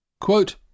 Quote